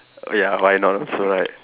ya why not also right